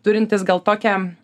turintis gal tokią